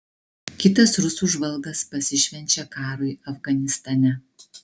kitas rusų žvalgas pasišvenčia karui afganistane